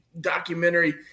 documentary